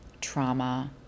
trauma